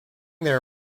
their